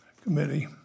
Committee